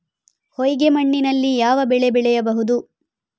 ಹೊಯ್ಗೆ ಮಣ್ಣಿನಲ್ಲಿ ಯಾವ ಬೆಳೆ ಬೆಳೆಯಬಹುದು?